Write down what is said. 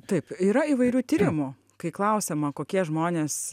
taip yra įvairių tyrimų kai klausiama kokie žmonės